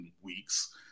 weeks